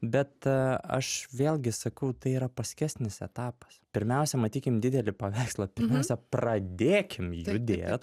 bet aš vėlgi sakau tai yra paskesnis etapas pirmiausia matykim didelį paveikslą pirmiausia pradėkim judėt